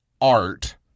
art